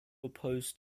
opposed